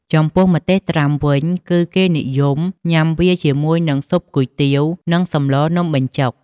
ចំពោះម្ទេសត្រាំវិញ គឺគេនិយមញ៉ាំវាជាមួយនិង ស៊ុបគុយទាវ និងសម្លរនំបញ្ចុក។